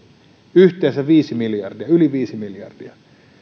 yhteensä yli viisi miljardia